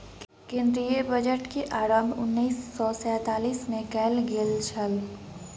केंद्रीय बजट के आरम्भ उन्नैस सौ सैंतालीस मे कयल गेल छल